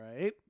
right